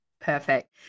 Perfect